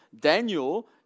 Daniel